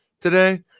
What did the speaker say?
today